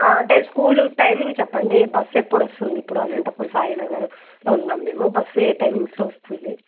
అంటే school timing చెప్పండి bus ఎప్పుడొస్తుంది ఇప్పుడు అలాంటప్పుడు సాయినగర్లో ఉన్నాం మేము బస్సు ఏ టైమింగ్స్లో వస్తుంది